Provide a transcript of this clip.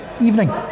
evening